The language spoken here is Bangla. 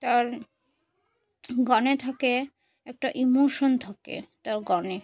তার গানে থাকে একটা ইমোশন থাকে তার গানে